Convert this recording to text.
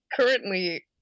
currently